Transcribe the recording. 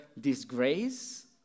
disgrace